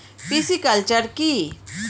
Pisciculture কি?